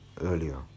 earlier